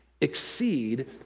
exceed